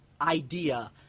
idea